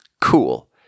Cool